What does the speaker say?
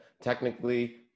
technically